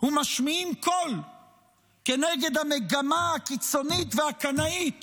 ומשמיעים קול כנגד המגמה הקיצונית והקנאית